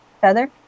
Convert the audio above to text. feather